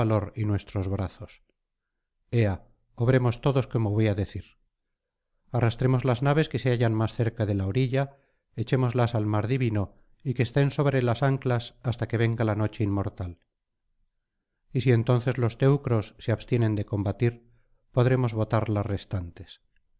y nuestros brazos ea obremos todos como voy á decir arrastremos las naves que se hallan más cerca de la orilla echémoslas al mar divino y que estén sobre las anclas hasta que venga la noche inmortal y si entonces los teucros se abstienen de combatir podremos botar las restantes